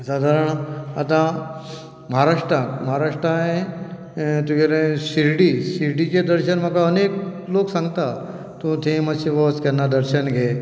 सादारण आतां महाराष्ट्रांत महाराष्ट्रांत तुगेलें शिर्डी शिर्डिचें दर्शन म्हाका अनेक लोक सांगता तूं थंय मातशें वच केन्ना दर्शन गे